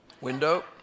Window